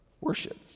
worship